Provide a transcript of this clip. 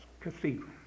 Cathedral